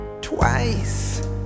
twice